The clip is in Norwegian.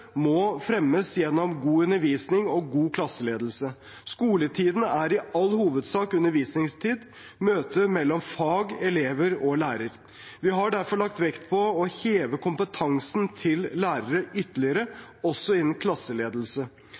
må fremmes gjennom god undervisning og god klasseledelse. Skoletiden er i all hovedsak undervisningstid – møter mellom fag, elever og lærer. Vi har derfor lagt vekt på å heve kompetansen til lærere ytterligere også innenfor klasseledelse.